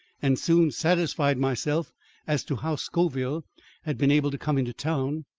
and soon satisfied myself as to how scoville had been able to come into town,